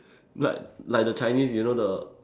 but like the Chinese you know the